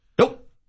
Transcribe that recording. Nope